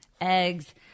Eggs